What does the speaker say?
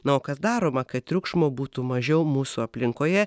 na o kas daroma kad triukšmo būtų mažiau mūsų aplinkoje